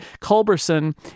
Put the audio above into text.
culberson